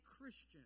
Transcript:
Christian